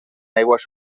aigües